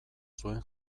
zuen